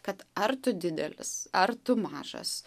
kad ar tu didelis ar tu mažas